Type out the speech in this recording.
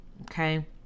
okay